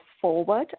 forward